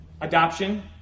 Adoption